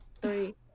three